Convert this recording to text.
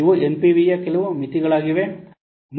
ಇವು ಎನ್ಪಿವಿಯ ಕೆಲವು ಮಿತಿಗಳಾಗಿವೆ ವಿಧಾನ